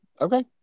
Okay